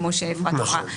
כמו שאפרת אמרה,